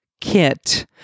kit